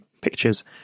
pictures